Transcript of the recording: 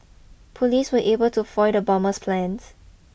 police were able to foil the bomber's plans